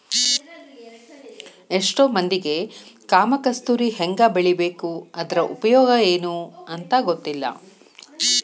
ಎಷ್ಟೋ ಮಂದಿಗೆ ಕಾಮ ಕಸ್ತೂರಿ ಹೆಂಗ ಬೆಳಿಬೇಕು ಅದ್ರ ಉಪಯೋಗ ಎನೂ ಅಂತಾ ಗೊತ್ತಿಲ್ಲ